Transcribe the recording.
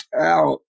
out